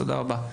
תודה רבה.